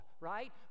right